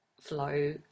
flow